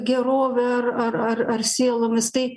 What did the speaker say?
gerove ar ar ar ar sielomis tai